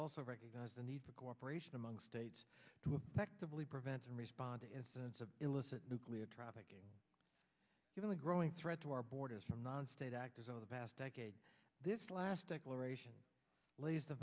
also recognize the need for cooperation among states to actively prevent and respond to incidents of illicit nuclear trafficking given the growing threat to our borders from non state actors over the past decade this last declaration lays the